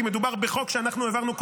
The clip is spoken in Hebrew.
כי מדובר בחוק שאנחנו העברנו,